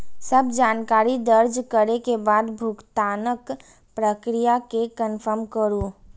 सब जानकारी दर्ज करै के बाद भुगतानक प्रक्रिया कें कंफर्म करू